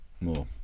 More